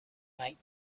might